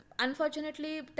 unfortunately